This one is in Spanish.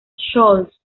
scholz